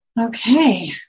Okay